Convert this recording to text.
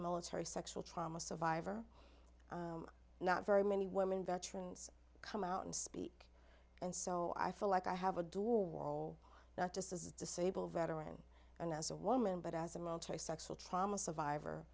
military sexual trauma survivor not very many women veterans come out and speak and so i feel like i have a door wall not just as a disabled veteran and as a woman but as a military sexual trauma survivor